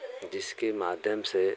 जिसके माध्यम से